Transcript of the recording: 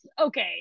Okay